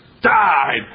died